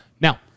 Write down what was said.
Now